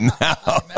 now